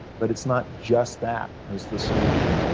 but it's not just that as the solution,